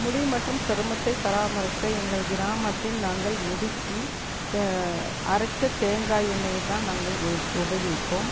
முடி மற்றும் சருமத்தை பராமரிக்க எங்கள் கிராமத்தில் நாங்கள் முடிக்கு அரைச்ச தேங்காய் எண்ணெய்யை தான் நாங்கள் உ உபயோகிப்போம்